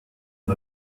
und